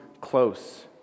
close